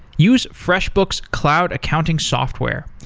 use freshbooks cloud accounting software.